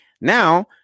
Now